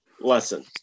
lesson